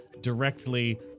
directly